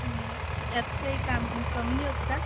यात काही काम कमी नाही होत का